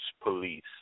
police